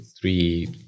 Three